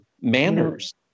Manners